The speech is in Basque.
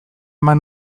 eman